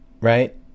right